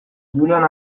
julian